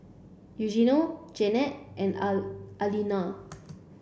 Eugenio Jeannette and Alaina